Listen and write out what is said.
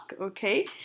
okay